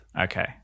Okay